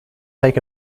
take